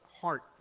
heart